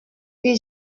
que